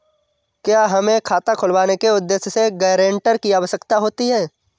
क्या हमें खाता खुलवाने के उद्देश्य से गैरेंटर की आवश्यकता होती है?